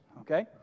Okay